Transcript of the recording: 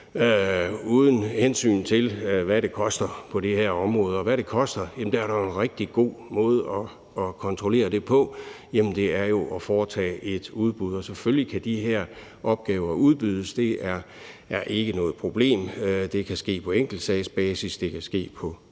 uden hensyn til, hvad det koster på det her område, og hvad det koster, er der jo en rigtig god måde at kontrollere på. Jamen det er jo at foretage et udbud, og selvfølgelig kan de her opgaver udbydes. Det er ikke noget problem. Det kan ske på enkeltsagsbasis. Det kan ske på